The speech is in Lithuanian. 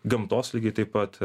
gamtos lygiai taip pat